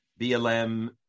BLM